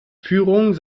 führung